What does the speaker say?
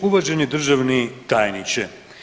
Uvaženi državni tajniče.